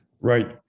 Right